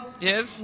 Yes